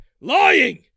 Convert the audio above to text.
lying